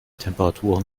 temperaturen